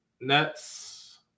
Nets